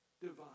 divine